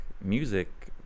music